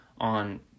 on